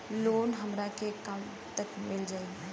Loan हमरा के कब तक मिल जाई?